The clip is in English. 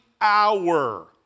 hour